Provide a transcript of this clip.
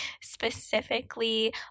specifically